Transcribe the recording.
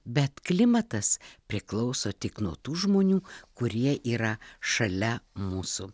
bet klimatas priklauso tik nuo tų žmonių kurie yra šalia mūsų